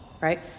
Right